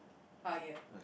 ah ya